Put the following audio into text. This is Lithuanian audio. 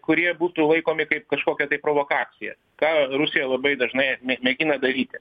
kurie būtų laikomi kaip kažkokia tai provokacija ką rusija labai dažnai mėgina daryti